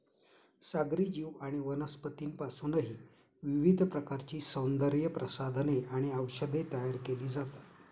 सागरी जीव आणि वनस्पतींपासूनही विविध प्रकारची सौंदर्यप्रसाधने आणि औषधे तयार केली जातात